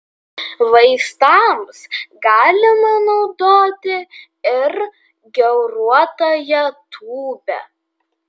vaistams galima naudoti ir gauruotąją tūbę